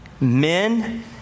men